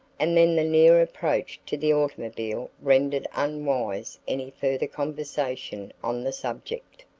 and then the near approach to the automobile rendered unwise any further conversation on the subject.